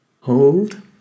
Hold